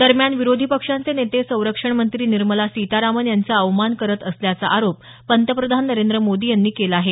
दरम्यान विरोधी पक्षांचे नेते संरक्षण मंत्री निर्मला सीतारामन यांचा अवमान करत असल्याचा आरोप पंतप्रधान नरेंद्र मोदी यांनी केला आहे